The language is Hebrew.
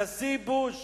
הנשיא בוש